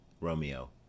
Romeo